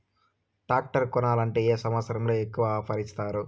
Tractor కొనాలంటే ఏ సందర్భంలో ఎక్కువగా ఆఫర్ ఇస్తారు?